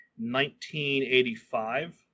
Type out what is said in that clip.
1985